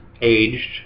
Aged